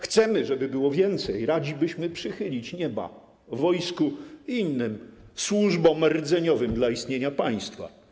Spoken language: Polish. Chcemy, żeby było więcej, radzi bylibyśmy przychylić nieba wojsku i innym służbom rdzeniowym dla istnienia państwa.